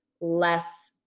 less